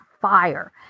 fire